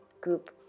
group